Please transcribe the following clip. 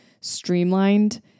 streamlined